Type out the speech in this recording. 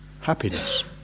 Happiness